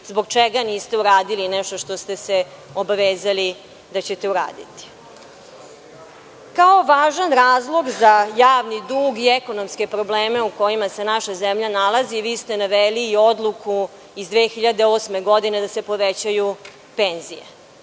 zbog čega niste uradili nešto zbog čega ste se obavezali da ćete uraditi. Kao važan razlog za javni dug i ekonomske probleme u kojima se naša zemlja nalazi vi ste naveli i odluku iz 2008. godine da se povećaju penzije.